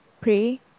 pray